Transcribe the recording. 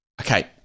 Okay